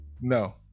No